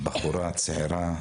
בחורה צעירה,